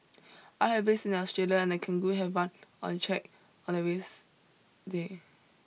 I have raced in Australia and a kangaroo have run on track on a race day